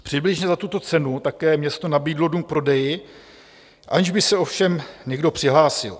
Přibližně za tuto cenu také město nabídlo dům k prodeji, aniž by se ovšem někdo přihlásil.